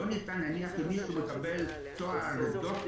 לא ניתן נניח אם מישהו מקבל תואר ד"ר